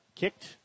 kicked